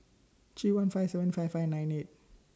three one five seven five five nine eight